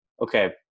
okay